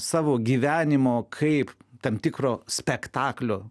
savo gyvenimo kaip tam tikro spektaklio